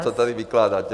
... co tady vykládáte.